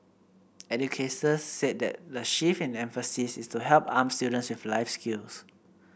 educators said that the shift in emphasis is to help arm students with life skills